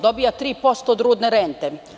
Dobija 3% od rudne rente.